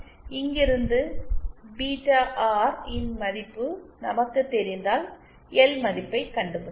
இங்கிருந்து beta R இன் மதிப்பு நமக்கு தெரிந்தால் எல் மதிப்பைக் கண்டுபிடிக்கலாம்